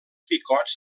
picots